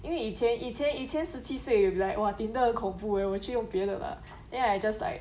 因为以前以前以前十七岁 you'll be like !wah! tinder 很恐怖 eh 我去用别的啦 then I just like